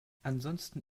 ansonsten